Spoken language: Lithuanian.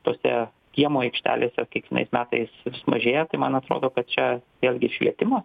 tose kiemo aikštelėse kiekvienais metais mažėja tai man atrodo kad čia vėlgi švietimas